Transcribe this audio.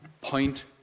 Point